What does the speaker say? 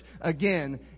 again